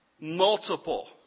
multiple